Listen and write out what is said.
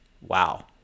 wow